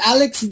Alex